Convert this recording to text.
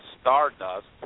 Stardust